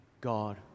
God